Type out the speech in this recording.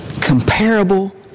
Comparable